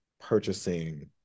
purchasing